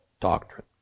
doctrine